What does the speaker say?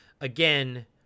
Again